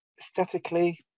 aesthetically